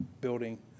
building